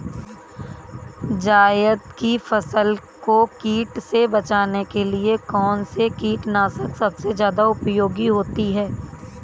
जायद की फसल को कीट से बचाने के लिए कौन से कीटनाशक सबसे ज्यादा उपयोगी होती है?